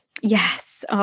Yes